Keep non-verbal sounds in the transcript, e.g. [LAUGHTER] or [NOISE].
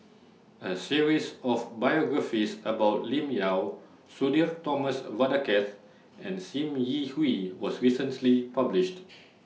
A series of biographies about Lim Yau Sudhir Thomas Vadaketh and SIM Yi Hui was recently published [NOISE]